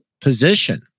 position